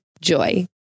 Joy